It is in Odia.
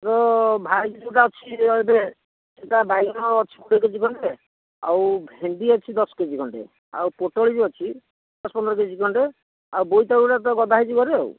ମୋ ଭାଇ ଯେଉଁଟା ଅଛି ଏବେ ସେଇଟା ବାଇଗଣ ଅଛି କୋଡ଼ିଏ କେଜି ଖଣ୍ଡେ ଆଉ ଭେଣ୍ଡି ଅଛି ଦଶ କେଜି ଖଣ୍ଡେ ଆଉ ପୋଟଳ ବି ଅଛି ଦଶ ପନ୍ଦର କେଜି ଖଣ୍ଡେ ଆଉ ବୋଇତାଳୁ ଗୁଡ଼ା ତ ଗଦା ହୋଇଛି ଘରେ